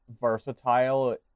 versatile